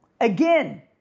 Again